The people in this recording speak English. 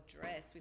dress